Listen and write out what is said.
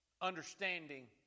understanding